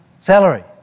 salary